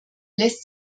lässt